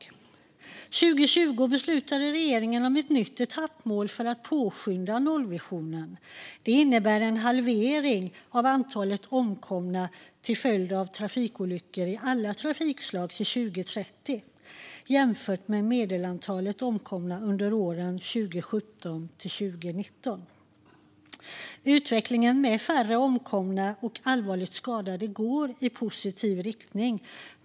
År 2020 beslutade regeringen om ett nytt etappmål för att påskynda nollvisionen. Det innebär en halvering av antalet omkomna till följd av trafikolyckor i alla trafikslag till 2030, jämfört med medelantalet omkomna under åren 2017-2019. Utvecklingen med färre omkomna och allvarligt skadade går i positiv riktning.